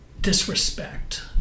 Disrespect